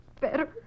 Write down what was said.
Better